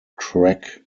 crack